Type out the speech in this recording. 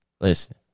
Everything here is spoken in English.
Listen